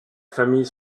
famille